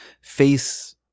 face